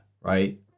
right